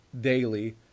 daily